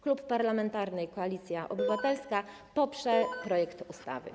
Klub Parlamentarny Koalicja Obywatelska poprze projekt ustawy.